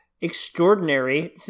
extraordinary